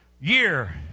year